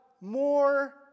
more